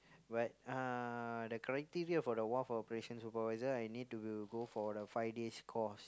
but uh the corrective year for the wharf operation supervisor I need to will go for the five days course